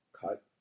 cut